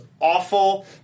awful